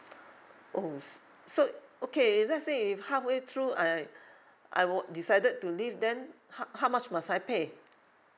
oh so okay let's say if halfway through I I were decided to leave then how how much must I pay